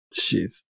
jeez